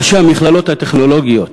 ראשי המכללות הטכנולוגיות,